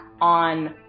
on